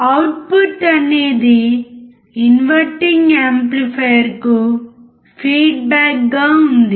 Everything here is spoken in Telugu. అవుట్పుట్ అనేది ఇన్వర్టింగ్ యాంప్లిఫైయర్కు ఫీడ్బ్యాక్గా ఉంది